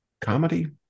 comedy